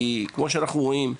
כי כמו שאנחנו רואים,